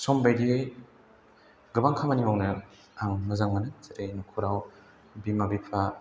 सम बादियै गोबां खामानि मावनो आं मोजां मोनो जेरै नखराव बिमा बिफा